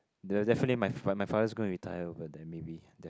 de~ definitely my my father is going to retire over there maybe there